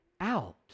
out